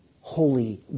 holy